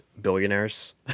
billionaires